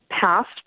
passed